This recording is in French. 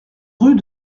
rue